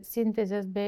sintezės bei